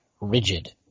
rigid